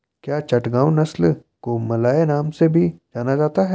क्या चटगांव नस्ल को मलय नाम से भी जाना जाता है?